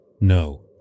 No